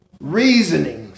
Reasonings